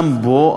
גם בו,